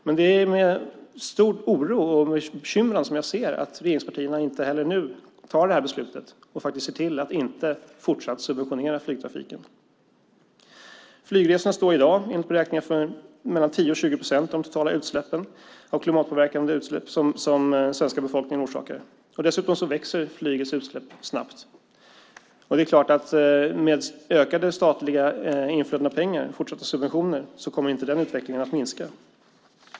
Men det är med stor oro och stort bekymmer som jag ser att regeringspartierna inte heller nu tar det här beslutet och faktiskt ser till att inte fortsatt subventionera flygtrafiken. Flygresorna står i dag enligt beräkningar för mellan 10 och 20 procent av de totala klimatpåverkande utsläppen som den svenska befolkningen orsakar. Dessutom växer flygets utsläpp snabbt, och det är klart att med ökade statliga inflöden av pengar, fortsatta subventioner, kommer den utvecklingen inte att minska.